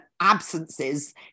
absences